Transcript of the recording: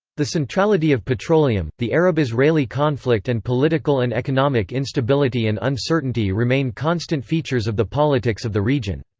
the centrality of petroleum, the arab-israeli conflict and political and economic instability and uncertainty remain constant features of the politics of the region.